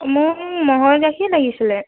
মোক ম'হৰ গাখীৰ লাগিছিলে